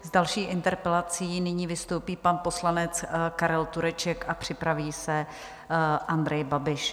S další interpelací nyní vystoupí pan poslanec Karel Tureček a připraví se Andrej Babiš.